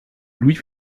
louis